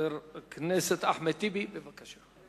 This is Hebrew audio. חבר הכנסת אחמד טיבי, בבקשה.